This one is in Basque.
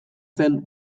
zen